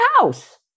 house